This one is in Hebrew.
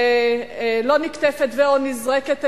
שלא נקטפת ו/או נזרקת,